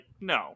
no